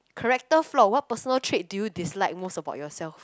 character flaw what personal trait do you dislike most about yourself